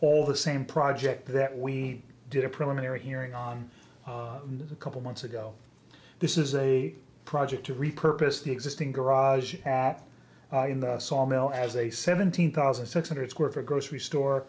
all the same project that we did a preliminary hearing on a couple months ago this is a project to repurpose the existing garage in the sawmill as a seventeen thousand six hundred square foot grocery store